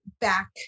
back